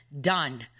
done